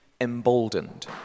emboldened